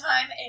time